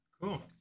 Cool